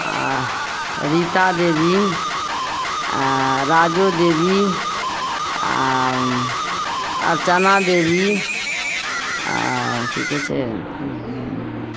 आओर रीता देवी आओर राजो देवी आओर अर्चना देवी आओर सीके छै उँ